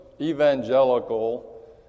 evangelical